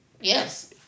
Yes